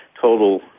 total